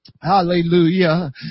Hallelujah